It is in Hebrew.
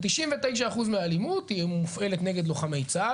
ו-99% מהאלימות מופעלת נגד לוחמי צה"ל,